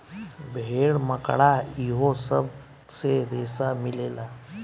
भेड़, मकड़ा इहो सब से रेसा मिलेला